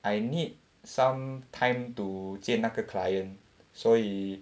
I need some time to 见那个 client 所以